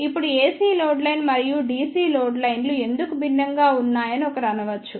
ఇప్పుడు AC load line మరియు DC load లైన్లు ఎందుకు భిన్నంగా ఉన్నాయని ఒకరు అనవచ్చు